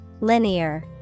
Linear